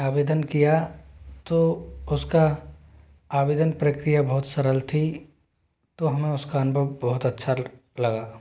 आवेदन किया तो उसका आवेदन प्रक्रिया बहुत सरल थी तो हमें उसका अनुभव बहुत अच्छा लगा